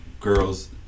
girls